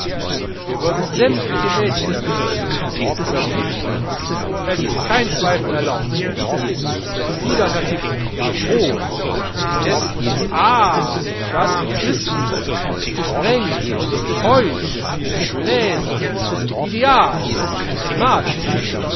wir würden sämmtliche mädchen damit verführen oder wie es ist kein zweifel erlaubt denn es ist ein befiederter titel jawohl indessen ah das prisma streng keusch gläsern ideal mathematisch